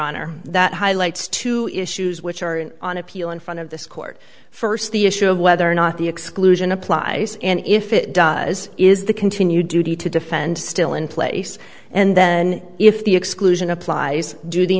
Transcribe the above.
honor that highlights two issues which are on appeal in front of this court first the issue of whether or not the exclusion applies and if it does is the continued duty to defend still in place and then if the exclusion applies d